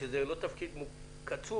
כשזה לא תפקיד קצוב